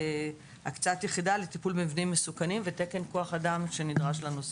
הקצאת יחידה לטיפול במבנים מסוכנים ותקן כוח אדם שנדרש לנושא.